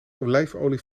olijfolie